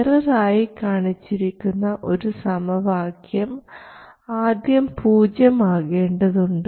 error ആയി കാണിച്ചിരിക്കുന്ന ഒരു സമവാക്യം ആദ്യം പൂജ്യം ആകേണ്ടതുണ്ട്